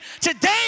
Today